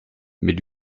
mais